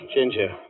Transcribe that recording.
Ginger